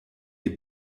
dir